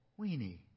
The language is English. Weenie